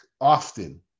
often